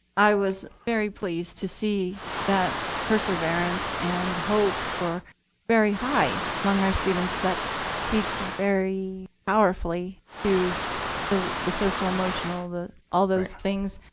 i was very pleased to see that perseverance and hope were very high among our students. that speaks very powerfully to the social-emotional, all those things,